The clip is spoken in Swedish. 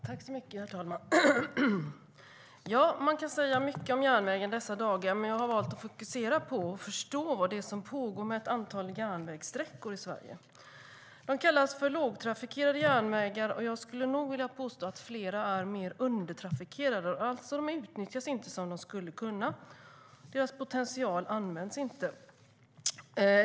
Fru talman! Man kan säga mycket om järnvägen i dessa dagar, men jag har valt att fokusera på att förstå vad som pågår med ett antal järnvägssträckor i Sverige. De kallas lågtrafikerade järnvägar. Jag skulle nog vilja påstå att fler är mer undertrafikerade, det vill säga inte utnyttjas som de skulle kunna utnyttjas. Deras potential används inte.